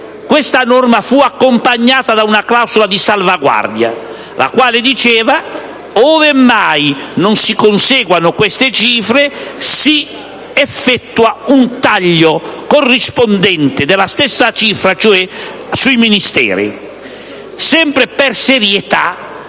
questa norma fu accompagnata da una clausola di salvaguardia la quale affermava: ove mai non si conseguano queste cifre, si effettua un taglio corrispondente della stessa cifra sui Ministeri. Sempre per serietà,